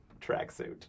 tracksuit